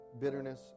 bitterness